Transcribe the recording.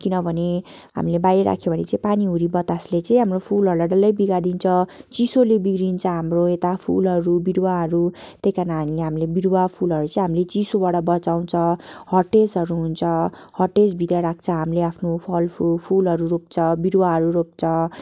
किनभने हामीले बाहिर राख्यो भने चाहिँ पानी हुरी बतासले चाहिँ हाम्रो फुलहरूलाई डल्लै बिगारिदिन्छ चिसोले बिग्रिन्छ हाम्रो यता फुलहरू बिरुवाहरू त्यही कारण हामीले बिरुवा फुलहरू चाहिँ हामीले चिसोबाट बचाउँछ हटे हाउसहरू हुन्छ हटे हाउस भित्र राख्छ हामीले आफ्नो फल फुल फुलहरू रोप्छ बिरुवाहरू रोप्छ